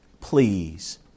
please